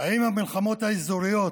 האם המלחמות האזוריות,